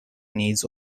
needs